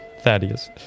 Thaddeus